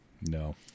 No